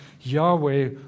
Yahweh